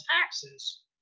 taxes